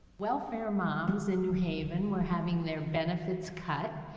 welfare moms in new haven were having their benefits cut,